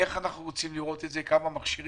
איך אנחנו רוצים לראות את זה, עם כמה מכשירים.